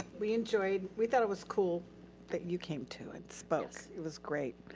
we enjoyed, we thought it was cool that you came too and spoke. it was great.